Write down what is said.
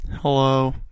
Hello